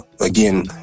Again